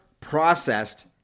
processed